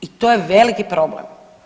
I to je veliki problem.